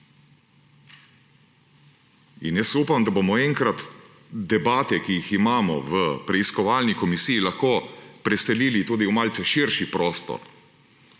Upam, da bomo enkrat debate, ki jih imamo v preiskovalni komisiji, lahko preselili tudi v malce širši prostor